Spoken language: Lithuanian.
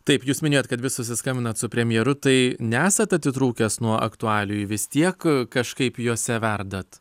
taip jūs minėjot kad vis susiskambinat su premjeru tai nesat atitrūkęs nuo aktualijų vis tiek kažkaip jose verdat